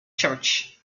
church